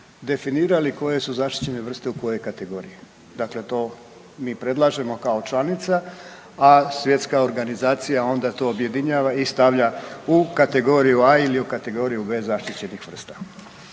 definirali koje su zaštićene vrste u kojoj kategoriji. Dakle, to mi predlažemo kao članica, a svjetska organizacija onda to objedinjava i stavlja u kategoriju a ili u kategoriju b zaštićenih sredstava.